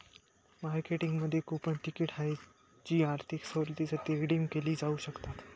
मार्केटिंगमध्ये कूपन तिकिटे आहेत जी आर्थिक सवलतींसाठी रिडीम केली जाऊ शकतात